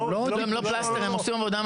זה לא פלסטר, הן עושים עבודה מדהימה.